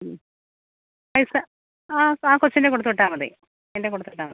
പൈസ ആ ആ കൊച്ചിൻ്റെയ് കൊടുത്ത് വിട്ടാൽ മതി അതിന്റെ കൊടുത്ത് വിട്ടാൽ മതി